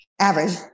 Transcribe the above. average